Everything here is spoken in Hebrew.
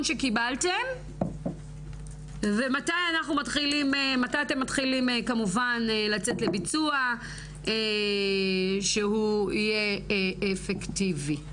שקיבלתם ומתי מתחילים כמובן לצאת לביצוע שיהיה אפקטיבי.